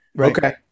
Okay